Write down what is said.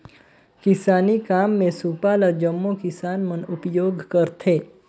किसानी काम मे सूपा ल जम्मो किसान मन उपियोग करथे